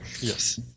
Yes